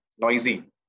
noisy